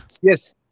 Yes